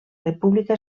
república